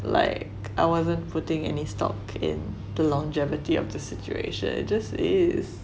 like I wasn't putting any stock in the longevity of the situation it just is